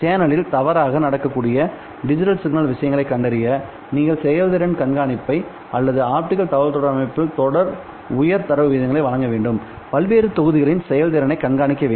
சேனலில் தவறாக நடக்கக்கூடிய டிஜிட்டல் சிக்னல் விஷயங்களை கண்டறிய நீங்கள் செயல்திறன் கண்காணிப்பை அல்லது இந்த ஆப்டிகல் தகவல்தொடர்பு அமைப்பில் தொடர்ந்து உயர் தரவு விகிதங்களை வழங்க பல்வேறு தொகுதிகளின் செயல்திறனைக் கண்காணிக்க வேண்டும்